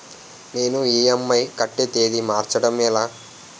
నేను ఇ.ఎం.ఐ కట్టే తేదీ మార్చడం ఎలా?